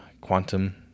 quantum